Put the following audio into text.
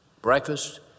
Breakfast